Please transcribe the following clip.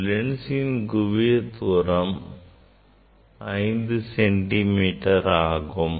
இந்த லென்சின் குவியத் தூரம் 5 சென்டிமீட்டர் ஆகும்